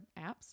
apps